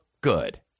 good